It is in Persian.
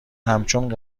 همچون